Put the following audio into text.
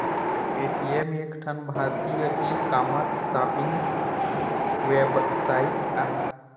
Paytm एक ठन भारतीय ई कामर्स सॉपिंग वेबसाइट आय